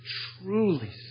truly